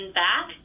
back